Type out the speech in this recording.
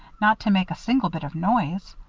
not to make a single bit of noise!